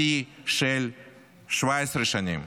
שיא של 17 שנים.